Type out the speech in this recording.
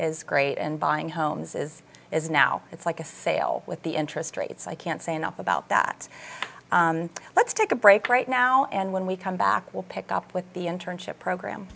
is great and buying homes is is now it's like a sale with the interest rates i can't say enough about that let's take a break right now and when we come back we'll pick up with the internship program